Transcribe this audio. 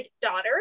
daughter